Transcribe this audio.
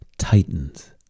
titans